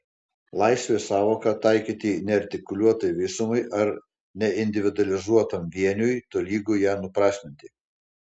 laisvės sąvoką taikyti neartikuliuotai visumai ar neindividualizuotam vieniui tolygu ją nuprasminti